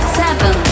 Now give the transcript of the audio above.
seven